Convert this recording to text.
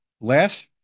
Last